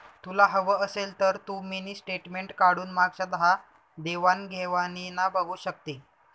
तुला हवं असेल तर तू मिनी स्टेटमेंट काढून मागच्या दहा देवाण घेवाणीना बघू शकते